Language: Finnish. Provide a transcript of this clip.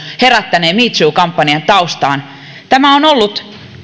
herättäneen me too kampanjan taustaan on ollut